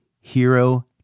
Hero